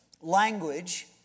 language